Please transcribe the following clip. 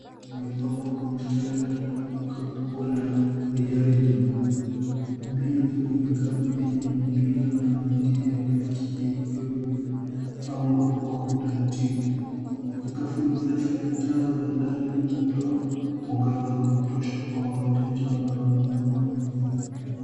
Vimepangwa kwa mstari ndani ya duka kubwa la rejareja. Pembeni kuna vikapu vyenye mipira na viti vya plastiki vikiwa vimepangwa kwa utaratibu. Sakafu ni safi na taa za dari zinatoa mwangaza wa kutosha kwa wateja wanaonunua bidhaa.